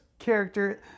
character